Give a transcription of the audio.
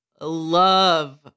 love